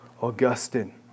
Augustine